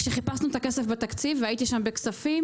כשחיפשנו את הכסף בתקציב והייתי שם בכספים,